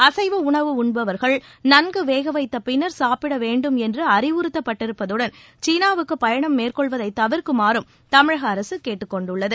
அசைவ உணவு உண்பவர்கள் நன்கு வேகவைத்த பின்னர் சாப்பிட வேண்டும் என்று அறிவுறுத்தப்பட்டிருப்பதுடன் சீனாவுக்கு பயணம் மேற்கொள்வதை தவிர்க்குமாறும் தமிழக அரசு கேட்டுக் கொண்டுள்ளது